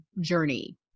journey